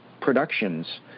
productions